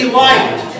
light